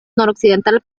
noroccidental